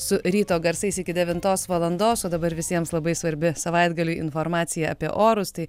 su ryto garsais iki devintos valandos o dabar visiems labai svarbi savaitgalį informacija apie orus tai